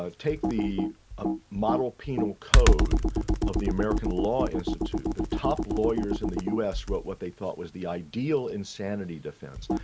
take the ah model penal code of the american law institute. the top lawyers in the us wrote what they thought was the ideal insanity defence,